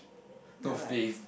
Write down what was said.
no faith